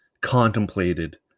contemplated